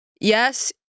yes